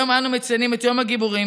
היום אנו מציינים את יום הגיבורים,